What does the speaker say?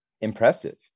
impressive